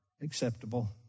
acceptable